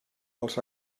els